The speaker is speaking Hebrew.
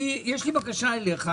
יש לי בקשה אליך,